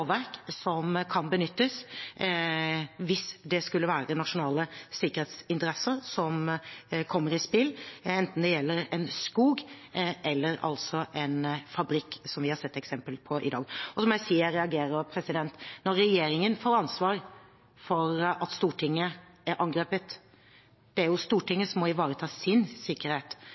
som kan benyttes hvis det skulle være nasjonale sikkerhetsinteresser som kommer i spill, enten det gjelder en skog eller en fabrikk, som vi har sett et eksempel på i dag. Så må jeg si at jeg reagerer når regjeringen får ansvaret for at Stortinget er angrepet. Det er jo Stortinget som må ivareta sin sikkerhet,